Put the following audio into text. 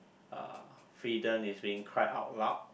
uh freedom is being cried out loud